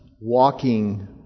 walking